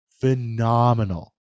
phenomenal